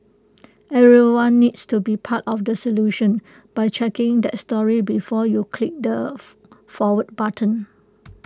everyone needs to be part of the solution by checking that story before you click the forward button